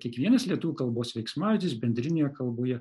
kiekvienas lietuvių kalbos veiksmažodis bendrinėje kalboje